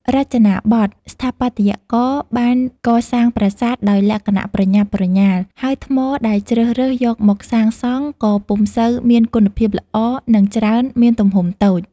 រចនាបថ ស្ថាបត្យករបានកសាងប្រាសាទដោយលក្ខណៈប្រញាប់ប្រញាល់ ហើយថ្មដែលជ្រើសរើសយកមកសាងសង់ក៏ពុំសូវមានគុណភាពល្អ និងច្រើន មានទំហំតូច។